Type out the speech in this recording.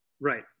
Right